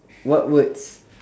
what words